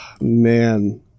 man